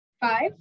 Five